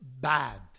bad